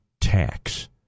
tax